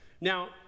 Now